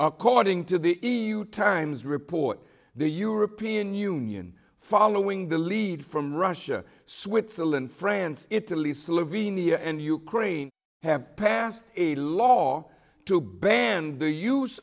according to the e u times report the european union following the lead from russia switzerland france italy slovenia and ukraine have passed a law to ban the use